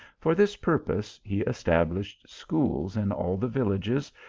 for this purpose he established schools in all the villages,